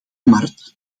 markt